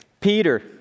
Peter